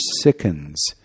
sickens